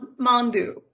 Mandu